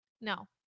No